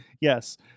Yes